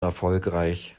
erfolgreich